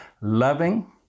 loving